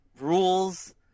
rules